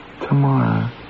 Tomorrow